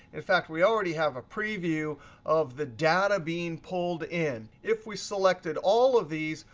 in fact, we already have a preview of the data being pulled in. if we selected all of these,